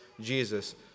Jesus